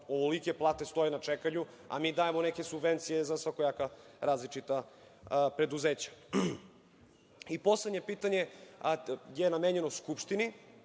ovolike plate stoje na čekanju, a mi dajemo neke subvencije za svakojaka različita preduzeća. Poslednje pitanje je namenjeno Skupštini,